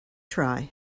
try